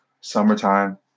summertime